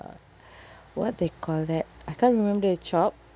what they call that I can't remember the shop